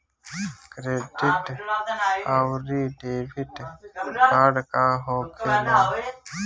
Credit आउरी debit card का होखेला?